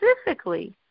specifically